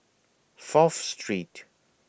Fourth Street